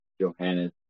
Johannes